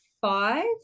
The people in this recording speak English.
five